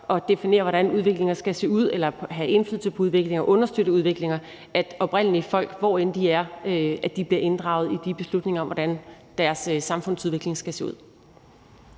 at definere, hvordan udviklinger skal se ud, eller have indflydelse på udviklinger og understøtte udviklinger. Oprindelige folk, hvor end de er, skal inddrages i beslutninger om, hvordan deres samfundsudvikling skal se ud.